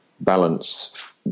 balance